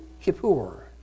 Kippur